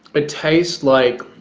ah tastes like